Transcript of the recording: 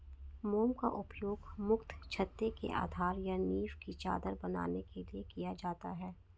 मोम का उपयोग मुख्यतः छत्ते के आधार या नीव की चादर बनाने के लिए किया जाता है